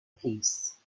piece